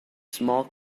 small